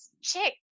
check